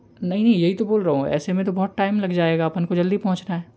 नहीं मैं ये ही तो बोल रहा हूँ ऐसे में तो बहुत टाइम लग जाएगा अपन को जल्दी पहुँचना है